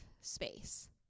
space